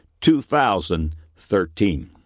2013